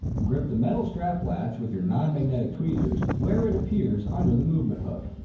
grip the metal strap latch with your non-magnetic tweezers where it appears under the movement hook.